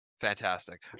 Fantastic